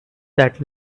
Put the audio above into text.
that